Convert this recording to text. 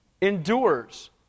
endures